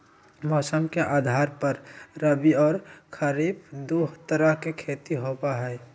मौसम के आधार पर रबी और खरीफ दु तरह के खेती होबा हई